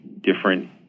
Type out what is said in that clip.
different